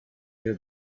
year